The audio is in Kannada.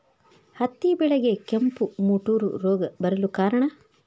ಹತ್ತಿ ಬೆಳೆಗೆ ಕೆಂಪು ಮುಟೂರು ರೋಗ ಬರಲು ಕಾರಣ?